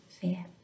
fear